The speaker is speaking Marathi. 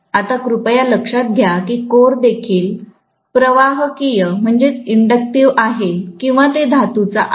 आता कृपया लक्षात घ्या की कोर देखील प्रवाहकीय आहे किंवा ते धातूचा आहे